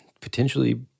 potentially